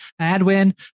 Adwin